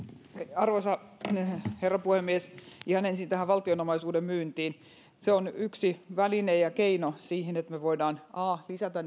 arvoisa herra puhemies ihan ensin tähän valtion omaisuuden myyntiin se on yksi väline ja keino siihen että me voimme a lisätä